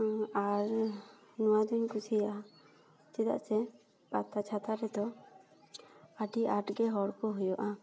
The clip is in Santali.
ᱟᱨ ᱱᱚᱣᱟ ᱫᱩᱧ ᱠᱩᱥᱤᱭᱟᱜᱼᱟ ᱪᱮᱫᱟᱜ ᱥᱮ ᱯᱟᱛᱟ ᱪᱷᱟᱛᱟ ᱨᱮᱫᱚ ᱟᱹᱰᱤ ᱟᱸᱴ ᱜᱮ ᱦᱚᱲ ᱠᱚ ᱦᱩᱭᱩᱜᱼᱟ